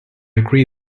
agree